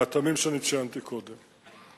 מהטעמים שאני ציינתי קודם.